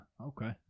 okay